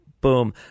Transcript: boom